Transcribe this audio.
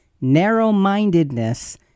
narrow-mindedness